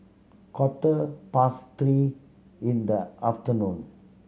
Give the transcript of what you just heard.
quarter past three in the afternoon